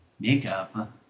makeup